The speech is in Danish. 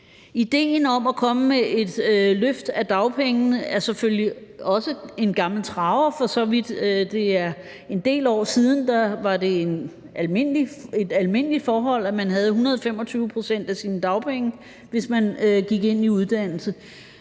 Ideen om at komme med et løft af dagpengene er selvfølgelig også en gammel traver for så vidt. For en del år siden var det et almindeligt forhold, at man havde 125 pct. af sine dagpenge, hvis man gik ind i uddannelse,